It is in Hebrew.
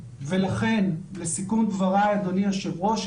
לכן, לסיכום דבריי אדוני היושב ראש.